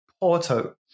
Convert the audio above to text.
Porto